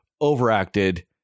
overacted